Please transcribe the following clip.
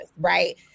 right